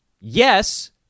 Yes